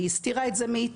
היא הסתירה את זה מאיתנו,